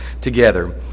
together